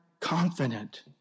confident